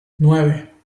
nueve